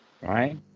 Right